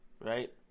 Right